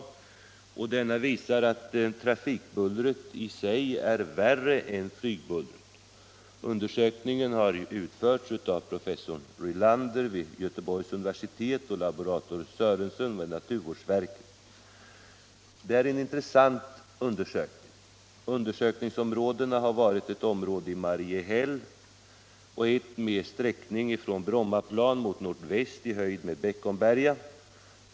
Denna undersökning visar att trafikbullret är värre än flygbullret. Undersökningen har utförts av professor Rylander vid Göteborgs universitet och laborator Sörensen vid naturvårdsverket. Det är en intressant undersökning, som har omfattat ett område i Mariehäll och ett område med sträckning från Brommaplan mot nordväst i höjd med Beckomberga.